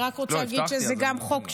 אני רק רוצה להגיד שזה גם חוק שלי.